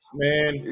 man